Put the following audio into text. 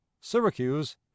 Syracuse